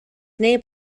neb